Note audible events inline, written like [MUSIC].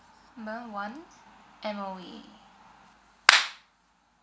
number one M_O_E [NOISE]